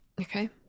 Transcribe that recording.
Okay